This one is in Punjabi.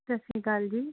ਸਤਿ ਸ਼੍ਰੀ ਅਕਾਲ ਜੀ